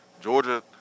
Georgia